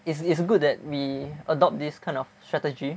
it's it's good that we adopt this kind of strategy